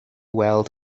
weld